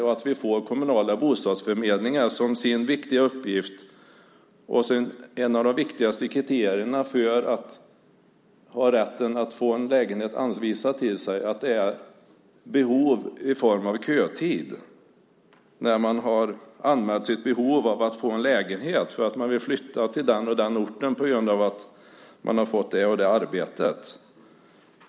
Det handlar om att vi ska få kommunala bostadsförmedlingar som har som sin viktiga uppgift att en av de viktigaste kriterierna för att man ska ha rätten att få en lägenhet anvisad till sig är behov i form av kötid när man har anmält sitt behov av att få en lägenhet för att man vill flytta till den och den orten på grund av att man har fått det och det arbetet.